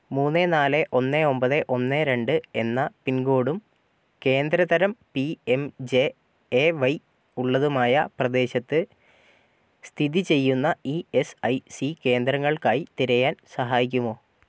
മൂന്ന് നാല് ഒന്ന് ഒൻപത് ഒന്ന് രണ്ട് എന്ന പിൻകോഡും കേന്ദ്രതരം P M J A Y ഉള്ളതുമായ പ്രദേശത്ത് സ്ഥിതി ചെയ്യുന്ന ഇ എസ് ഐ സി കേന്ദ്രങ്ങൾക്കായി തിരയാൻ സഹായിക്കുമോ